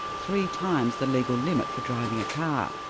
three times the legal limit for driving a car.